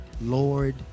Lord